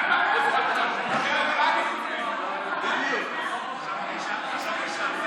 חקירה ממלכתית לפרשת הרוגלות בשימוש משטרת ישראל,